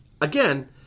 again